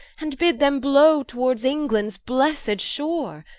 and bid them blow towards englands blessed shore,